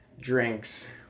drinks